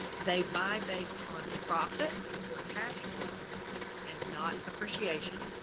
they buy based on profit or cashflow and not appreciation.